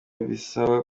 bisaba